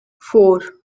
four